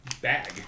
bag